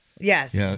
Yes